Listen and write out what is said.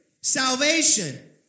salvation